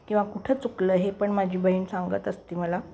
किंवा कुठं चुकलं हे पण माझी बहीण सांगत असते मला